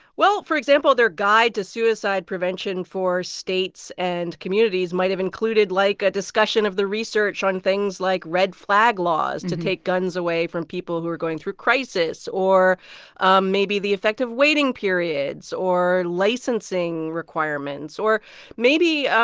well, for example, their guide to suicide prevention for states and communities might have included, like, a discussion of the research on things like red flag laws to take guns away from people who are going through crisis or um maybe the effect of waiting periods or licensing requirements or maybe, ah